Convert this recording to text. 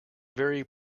very